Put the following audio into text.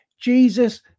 Jesus